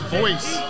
voice